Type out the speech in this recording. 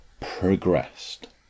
progressed